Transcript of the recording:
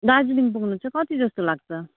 दार्जिलिङ पुग्नु चाहिँ कति जस्तो लाग्छ